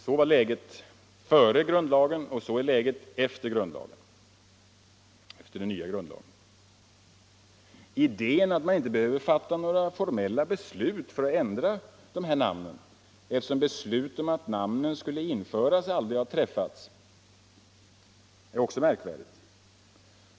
Så var läget före grundlagsändringen, och så är det efter grundlagsändringen. Idén att man inte behöver fatta några formella beslut för att ändra de här namnen, eftersom beslut om att namnen skulle införas aldrig har träffats, är också märkvärdig.